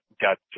got